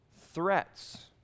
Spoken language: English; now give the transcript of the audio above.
threats